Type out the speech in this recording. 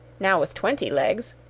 now with twenty legs,